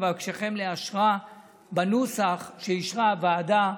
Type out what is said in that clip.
ואבקשכם לאשרה בנוסח שאישרה הוועדה.